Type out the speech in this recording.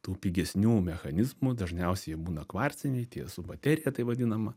tų pigesnių mechanizmų dažniausiai jie būna kvarciniai tie su baterija tai vadinama